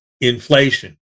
inflation